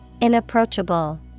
Inapproachable